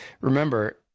remember